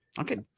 Okay